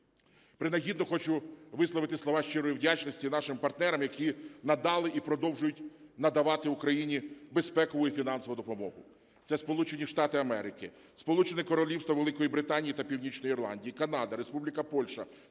Принагідно хочу висловити слова щирої вдячності нашим партнерам, які надали і продовжують надавати Україні безпекову і фінансову допомогу – це Сполучені Штати Америки, Сполучене Королівство Великої Британії та Північної Ірландії, Канада, Республіка Польща,